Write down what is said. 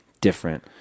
different